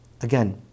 Again